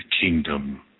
kingdom